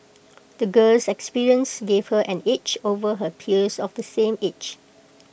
the girl's experiences gave her an edge over her peers of the same age